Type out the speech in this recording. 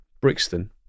Brixton